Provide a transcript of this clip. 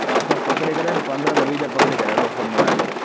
हा सभु पकिड़े करे हिन पंद्रहां खां वीह हज़ार पकिड़े हलो सभु मिलाए करे